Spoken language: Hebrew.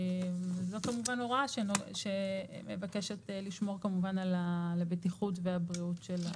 זו כמובן הוראה שמבקשת לשמור על הבטיחות והבריאות של הציבור.